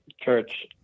church